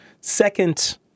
second